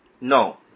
no